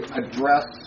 address